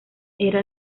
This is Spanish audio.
era